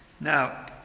Now